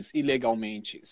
ilegalmente